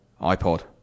iPod